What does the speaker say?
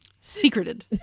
Secreted